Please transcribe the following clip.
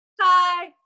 Hi